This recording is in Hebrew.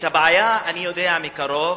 את הבעיה אני מכיר מקרוב,